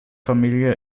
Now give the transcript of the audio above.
familie